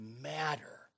matter